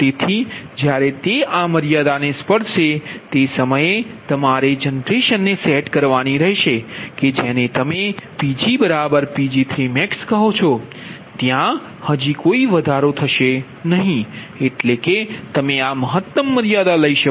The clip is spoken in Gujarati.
તેથી જ્યારે તે આ મર્યાદાને સ્પર્શે તે સમયે તમારે જનરેશનને સેટ કરવાની રહેશે કે જેને તમે PgPg3max ત્યાં હજી કોઈ વધારો થશે નહીં એટલેકે તમે આ મહત્તમ મર્યાદા લઇ શકો